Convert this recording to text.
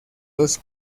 dos